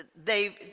they